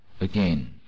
again